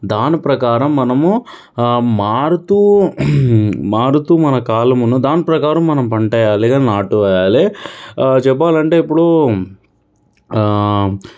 దాని ప్రకారం మనము మారుతూ మారుతూ మన కాలమును దాని ప్రకారం పంట వెయ్యాలి లేదా నాటు వెయ్యాలి చెప్పాలంటే ఇప్పుడు